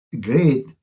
great